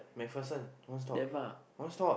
MacPherson one stop one stop